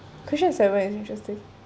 question seven is interesting